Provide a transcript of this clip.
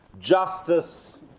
justice